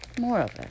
Moreover